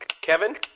Kevin